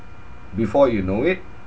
before you know it